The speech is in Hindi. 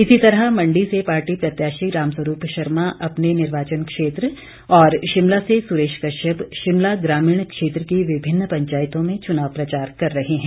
इसी तरह मंडी से पार्टी प्रत्याशी रामस्वरूप शर्मा अपने निर्वाचन क्षेत्र और शिमला से सुरेश कश्यप शिमला ग्रामीण क्षेत्र की विभिन्न पंचायतों में चुनाव प्रचार कर रहे हैं